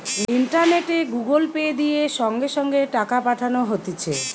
ইন্টারনেটে Google Pay, দিয়ে সঙ্গে সঙ্গে টাকা পাঠানো হতিছে